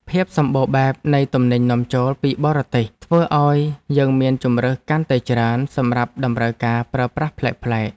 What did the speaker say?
ភាពសម្បូរបែបនៃទំនិញនាំចូលពីបរទេសធ្វើឱ្យយើងមានជម្រើសកាន់តែច្រើនសម្រាប់តម្រូវការប្រើប្រាស់ប្លែកៗ។